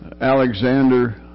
Alexander